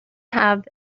have